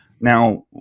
now